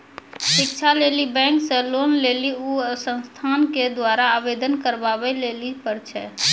शिक्षा लेली बैंक से लोन लेली उ संस्थान के द्वारा आवेदन करबाबै लेली पर छै?